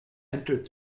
entered